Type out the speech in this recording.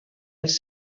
els